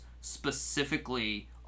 specifically